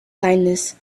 kindness